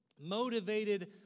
Motivated